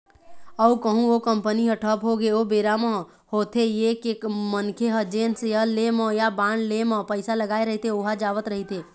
अउ कहूँ ओ कंपनी ह ठप होगे ओ बेरा म होथे ये के मनखे ह जेन सेयर ले म या बांड ले म पइसा लगाय रहिथे ओहा जावत रहिथे